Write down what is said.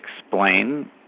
explain